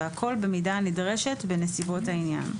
והכול במידה הנדרשת בנסיבות העניין: